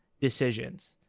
decisions